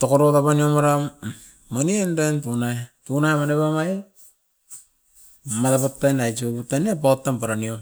toko oroiro pan ne maram, manien den tunai, tunai paniku mai, maratot tenai tsugu tania bautam para niot.